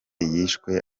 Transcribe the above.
yishwe